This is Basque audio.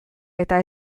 eta